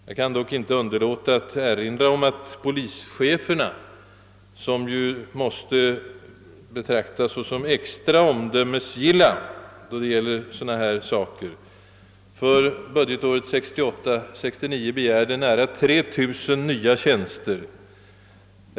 Jag kan dock inte underlåta att erinra om att polischeferna, som måste betraktas som extra omdömesgilla i frågor som dessa, för budgetåret 1968/69 begärde nära 3000 nya tjänster.